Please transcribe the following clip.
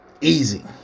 Easy